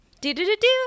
Do-do-do-do